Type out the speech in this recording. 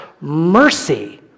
Mercy